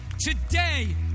today